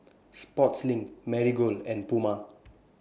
Sportslink Marigold and Puma